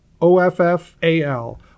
O-F-F-A-L